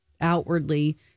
outwardly